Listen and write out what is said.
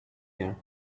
year